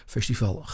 Festival